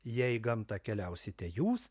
jei į gamtą keliausite jūs